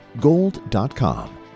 gold.com